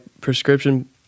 prescription